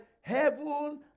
heaven